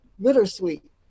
Bittersweet